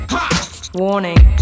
Warning